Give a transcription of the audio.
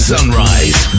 Sunrise